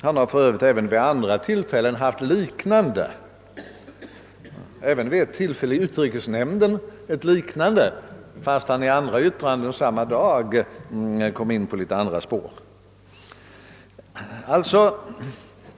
Han har för övrigt även vid andra tillfällen, bl.a. en gång i utrikesnämnden, fällt liknande yttranden. Detta till trots har han i andra uttalanden kommit in på andra spår.